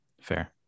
Fair